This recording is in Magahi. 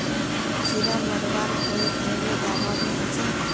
कीड़ा मरवार कोई घरेलू दाबा भी होचए?